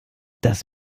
das